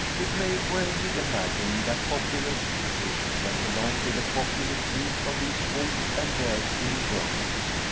it may well be imagined that popular superstition went along with the popular dread of these wolf-and bear-skinned rovers,